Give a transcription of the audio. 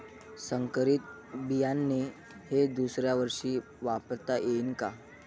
संकरीत बियाणे हे दुसऱ्यावर्षी वापरता येईन का?